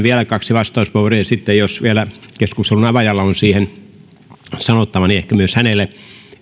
vielä kaksi vastauspuheenvuoroa ja sitten jos vielä keskustelun avaajalla on siihen sanottavaa niin ehkä myös hänelle